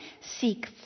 seek